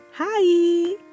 Hi